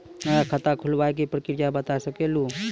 नया खाता खुलवाए के प्रक्रिया बता सके लू?